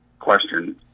question